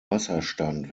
wasserstand